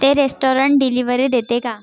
ते restaurant delivery देते का